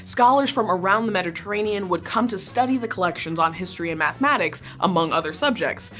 scholars from around the mediterranean would come to study the collections on history and mathematics, among other subjects.